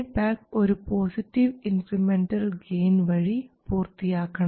feedback ഒരു positive incremental gain വഴി പൂർത്തിയാക്കണം